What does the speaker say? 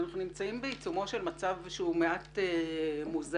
אנחנו נמצאים בעיצומו של מצב שהוא מעט מוזר.